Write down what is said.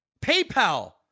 PayPal